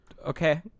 Okay